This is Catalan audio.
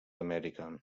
amèrica